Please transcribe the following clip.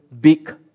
big